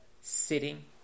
sitting